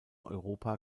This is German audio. europa